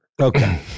Okay